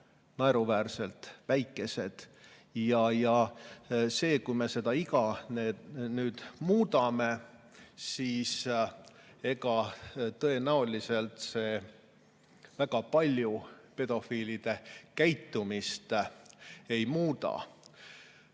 naeruväärselt väikesed. Kui me seda iga nüüd muudame, siis ega see tõenäoliselt väga palju pedofiilide käitumist ei muuda.